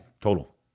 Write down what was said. Total